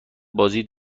بازی